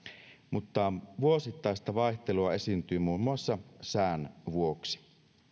mutta vuosittaista vaihtelua esiintyy muun muassa sään vuoksi